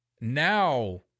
Now